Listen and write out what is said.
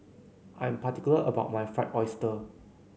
I am particular about my Fried Oyster